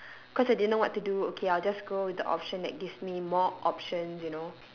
cause I didn't know what to do okay I'll just go with the option that gives me more options you know